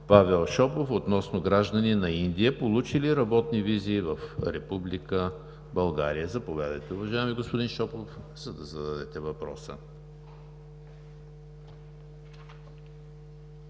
Павел Шопов относно граждани на Индия, получили работни визи в Република България. Заповядайте, уважаеми господин Шопов, да зададете въпроса.